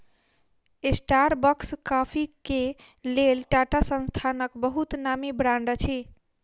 Starbucks coffee के लेल टाटा संस्थानक बहुत नामी ब्रांड अछि